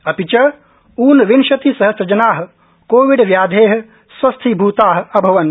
अपि च ऊनविंशति सहम्रजना कोविड व्याधे स्वस्थीभूता अभवन्